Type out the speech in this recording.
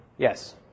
Yes